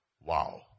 Wow